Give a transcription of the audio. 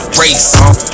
race